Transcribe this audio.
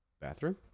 bathroom